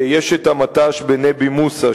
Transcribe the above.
יש את המט"ש בנבי-מוסא,